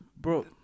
bro